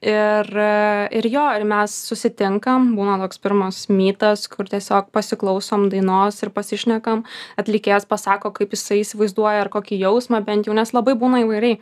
ir ir jo ir mes susitinkam būna toks pirmas mytas kur tiesiog pasiklausom dainos ir pasišnekam atlikėjas pasako kaip jisai įsivaizduoja ar kokį jausmą bent jau nes labai būna įvairiai